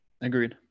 Agreed